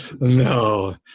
no